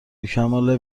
کمال